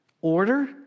order